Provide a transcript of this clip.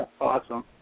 Awesome